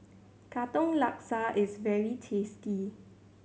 Katong Laksa is very tasty